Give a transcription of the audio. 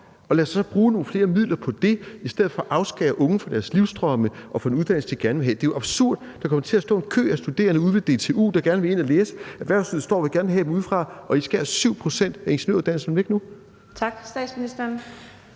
Og lad os så bruge nogle flere midler på det i stedet for at afskære unge fra deres livsdrømme og så sørge for, at de kan få en uddannelse, de gerne vil have. Det er jo absurd. Der kommer til at stå en kø af studerende ude ved DTU, der vil gerne ind at læse. Erhvervslivet vil gerne have dem, og I skærer 7 pct. af ingeniøruddannelserne væk nu. Kl. 13:55 Fjerde